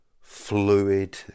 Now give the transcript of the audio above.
fluid